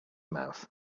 mouth